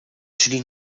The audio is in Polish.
czyli